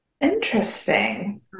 Interesting